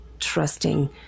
trusting